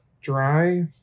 Dry